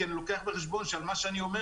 כי אני לוקח בחשבון שעל מה שאני אומר